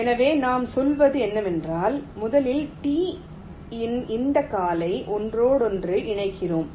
எனவே நாம் சொல்வது என்னவென்றால் முதலில் T இன் இந்த காலை ஒன்றோடு ஒன்று இணைக்கிறோம்